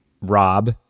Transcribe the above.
Rob